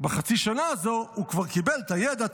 בחצי השנה הזו הוא כבר קיבל את הידע,